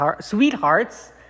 sweethearts